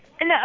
No